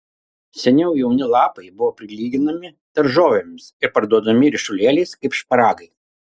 seniau jauni lapai buvo prilyginami daržovėms ir parduodami ryšulėliais kaip šparagai